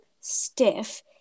stiff